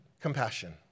compassion